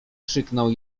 krzyknął